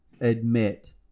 admit